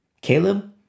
Caleb